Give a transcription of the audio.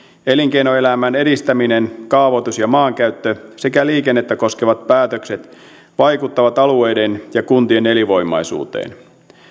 elinkeinoelämän edistäminen kaavoitus ja maankäyttö sekä liikennettä koskevat päätökset vaikuttavat alueiden ja kuntien elinvoimaisuuteen